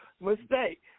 mistake